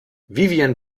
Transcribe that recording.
vivien